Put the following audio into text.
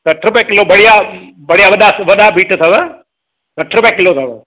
सठि रुपये किलो बढ़िया बढ़िया वॾा वॾा बीट अथव सठु रुपये किलो अथव